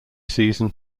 season